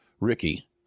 Ricky